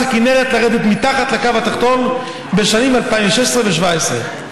הכינרת לרדת מתחת לקו האדום התחתון בשנים 2016 ו-2017,